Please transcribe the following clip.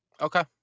Okay